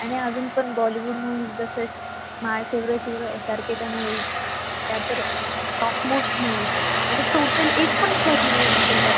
आणि अजून पण बॉलिवूड मुवी जसं my favourite hero S R केचा मुवीज त्या तर टाॅप मोस्ट मुवीज आहेत म्हणजे टोटली एक पण फ्लॉप मुवी नसेल त्यातली